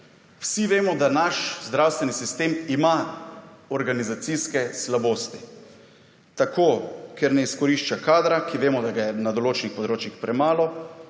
Vsi vemo, da naš zdravstveni sistem ima organizacijske slabosti. Tako ker ne izkorišča kadra, ki vemo, da ga je na določenih področjih premalo,